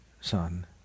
son